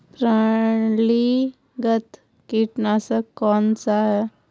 प्रणालीगत कीटनाशक कौन सा है?